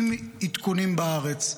עם עדכונים בארץ,